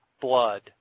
blood